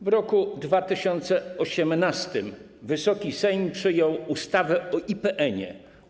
W roku 2018 Wysoki Sejm przyjął ustawę o IPN-ie.